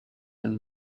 and